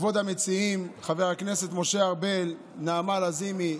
כבוד המציעים חברי הכנסת משה ארבל, נעמה לזימי,